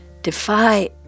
defy